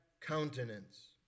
countenance